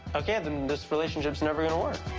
okay, then this relationship's never gonna work.